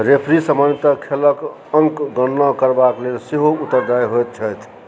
referee सामान्यतः खेलक अङ्क गणना करबाक लेल सेहो उत्तरदायी होइत छथि